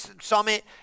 summit